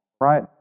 Right